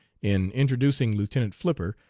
in introducing lieutenant flipper,